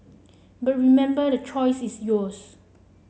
but remember the choice is yours